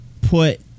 put